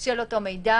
של אותו מידע,